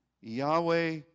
Yahweh